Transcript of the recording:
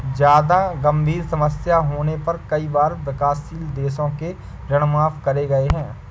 जादा गंभीर समस्या होने पर कई बार विकासशील देशों के ऋण माफ करे गए हैं